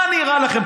מה נראה לכם?